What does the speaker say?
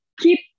keep